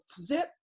zip